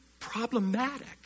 problematic